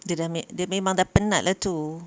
dia dah dia memang dah penat lah tu